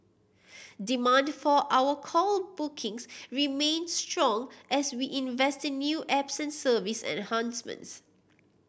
demand for our call bookings remains strong as we invest in new apps service enhancements